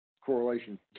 correlation